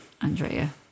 Andrea